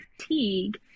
fatigue